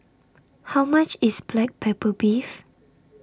How much IS Black Pepper Beef